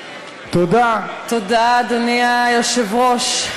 תודה, אדוני היושב-ראש.